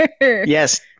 Yes